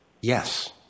Yes